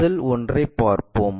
முதல் ஒன்றைப் பார்ப்போம்